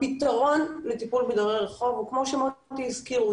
הפתרון לטיפול בדיירי רחוב הוא כמו שמוטי הזכיר,